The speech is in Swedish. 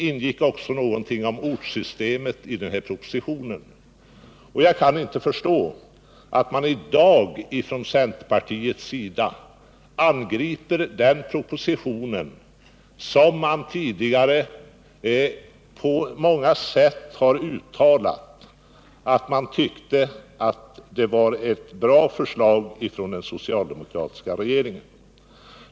Ortssystemet togs också upp i propositionen. Jag kan inte förstå att centerpartiet i dag angriper den propositionen, som man ju tidigare på många sätt har uttalat sig synnerligen välvilligt om och ansett vara ett bra förslag av den socialdemokratiska regeringen.